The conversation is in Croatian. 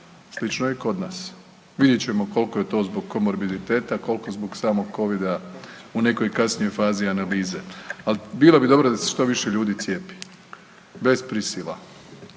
slično je i kod nas. Vidjet ćemo koliko je to zbog komorbiliteta, koliko zbog samog covida u nekoj kasnijoj fazi analize. Ali bilo bi dobro da se što više ljudi cijepi bez prisila,